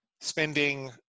spending